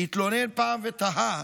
התלונן פעם ותהה: